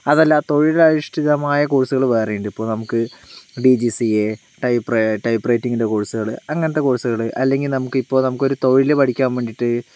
അതല്ലാ തൊഴിലധിഷ്ഠിതമായ കോഴ്സുകള് വേറെ ഉണ്ട് ഇപ്പോൾ നമുക്ക് D G C A type typewriting കോഴ്സുകള് അങ്ങനത്തെ കോഴ്സുകള് അല്ലെങ്കിൽ നമുക്ക് ഇപ്പോൾ നമുക്ക് ഒരു തൊഴില് പഠിക്കാൻ വേണ്ടീട്ട്